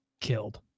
killed